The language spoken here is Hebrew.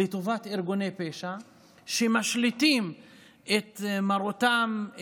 לטובת ארגוני פשע שמשליטים את מרותם,